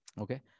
Okay